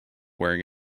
wearing